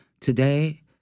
Today